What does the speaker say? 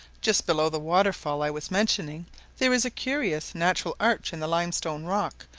just below the waterfall i was mentioning there is a curious natural arch in the limestone rock,